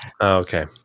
Okay